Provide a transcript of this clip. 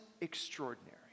extraordinary